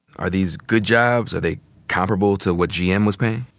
are these good jobs? are they comparable to what gm was paying?